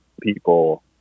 people